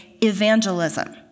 evangelism